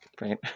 Right